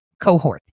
cohort